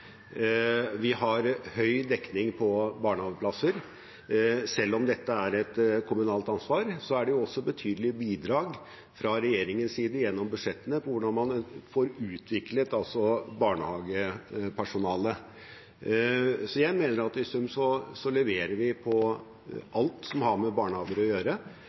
Vi har høy dekning på barnehageplasser. Selv om dette er et kommunalt ansvar, er det også betydelige bidrag fra regjeringens side gjennom budsjettene til hvordan man får utviklet barnehagepersonalet. Så jeg mener at i sum leverer vi på alt som har med barnehager å gjøre.